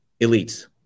elites